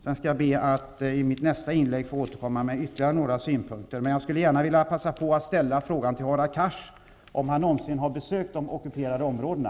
Jag skall be att i mitt nästa inlägg få återkomma med ytterligare några synpunkter, men jag vill nu passa på att fråga Hadar Cars: Har Hadar Cars någonsin besökt de ockuperade områdena?